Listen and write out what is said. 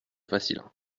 facile